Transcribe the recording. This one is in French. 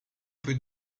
peut